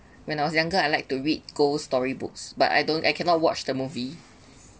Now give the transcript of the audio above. when I was younger I like to read ghost storybooks but I don't I cannot watch the movie